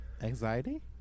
Anxiety